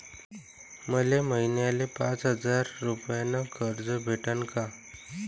मले महिन्याले पाच हजार रुपयानं कर्ज भेटन का?